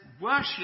worship